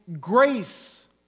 grace